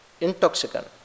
intoxicant